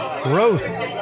growth